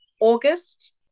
August